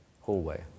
hallway